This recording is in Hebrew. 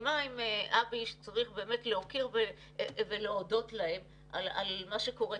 מסכימה עם אבי שצריך באמת להוקיר ולהודות להם על מה שקורה.